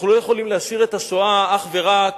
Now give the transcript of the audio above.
אנחנו לא יכולים להשאיר את השואה אך ורק